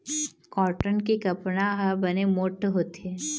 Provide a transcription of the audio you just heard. cotton के कपड़ा ह बने मोठ्ठ होथे